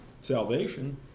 salvation